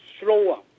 slower